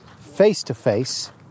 face-to-face